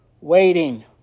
waiting